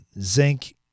Zinc